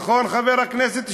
נכון, חבר הכנסת שטרן?